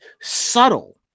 subtle